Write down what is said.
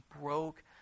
broke